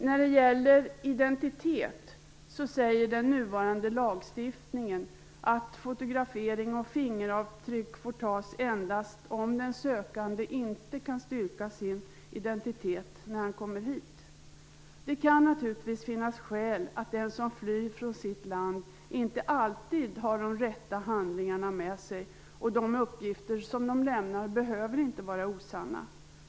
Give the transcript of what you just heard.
När det gäller identitet säger den nuvarande lagstiftningen att fotografering och fingeravtryck får tas endast om den sökande inte kan styrka sin identitet när han kommer hit. Det kan naturligtvis finnas skäl att den som flyr från sitt land inte alltid har de rätta handlingarna med sig, och de uppgifter som han lämnar behöver inte vara osanna.